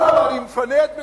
אדרבה, אני מפנה את מקומי,